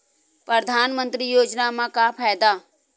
परधानमंतरी योजना म का फायदा?